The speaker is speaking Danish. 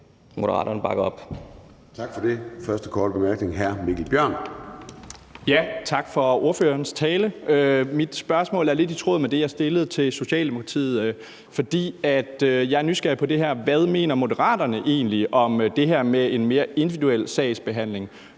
Tak for ordførerens tale. Mit spørgsmål er lidt i tråd med det, jeg stillede til Socialdemokratiet, for jeg er nysgerrig på, hvad Moderaterne egentlig mener om det her med en mere individuel sagsbehandling,